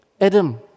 Adam